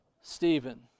Stephen